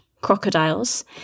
crocodiles